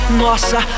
nossa